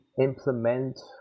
implement